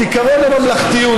את עקרון הממלכתיות.